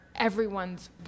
everyone's